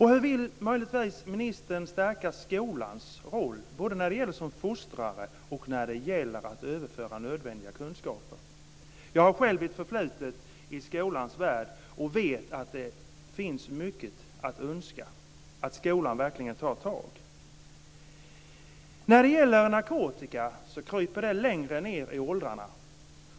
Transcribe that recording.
Hur vill ministern möjligtvis stärka skolans roll, både som fostrare och i att överföra nya kunskaper? Jag har själv ett förflutet i skolans värld och vet att det finns mycket att önska i fråga om att skolan verkligen tar tag. När det gäller narkotika kryper missbruket längre ned i åldrarna.